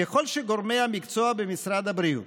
ככל שגורמי המקצוע במשרד הבריאות